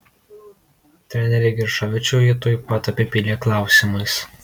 trenerį giršovičių jie tuoj pat apipylė klausimais